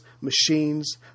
machines